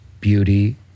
beauty